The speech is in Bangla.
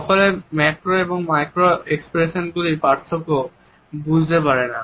সকলে ম্যাক্রো এবং মাইক্রো এক্সপ্রেশন গুলির পার্থক্য বুঝতে পারে না